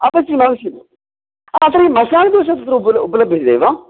अवश्यमवश्यं तर्हि मशाल् दोषा तत्र उपलब्धम् उपलभ्यते वा